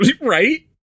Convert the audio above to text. Right